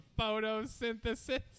photosynthesis